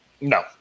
No